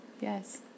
yes